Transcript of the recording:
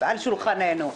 על שולחננו.